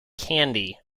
candy